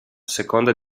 seconda